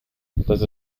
dass